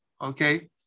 okay